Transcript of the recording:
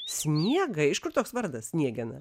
sniegą iš kur toks vardas sniegena